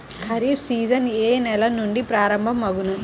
Kharif season ఏ నెల నుండి ప్రారంభం అగును?